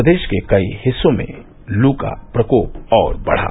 प्रदेश के कई हिस्सों में लू का प्रकोप और बढ़ा